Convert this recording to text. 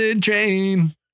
train